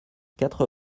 quatre